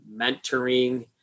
mentoring